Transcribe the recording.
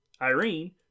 Irene